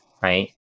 right